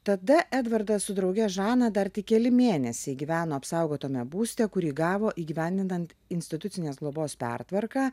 tada edvardas su drauge žana dar tik keli mėnesiai gyveno apsaugotame būste kurį gavo įgyvendinant institucinės globos pertvarką